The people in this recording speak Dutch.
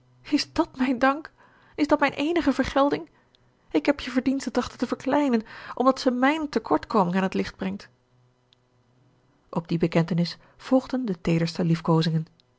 is dat mijn dank is dat mijn eenige vergelding ik heb je verdienste trachten te verkleinen omdat zij mijn tekortkoming aan het licht brengt op die bekentenis volgden de